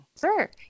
Sure